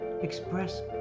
Express